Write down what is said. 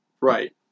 Right